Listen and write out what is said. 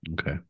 Okay